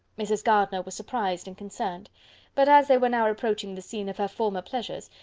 mrs. gardiner was surprised and concerned but as they were now approaching the scene of her former pleasures,